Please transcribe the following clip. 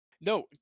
No